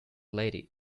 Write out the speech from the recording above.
lady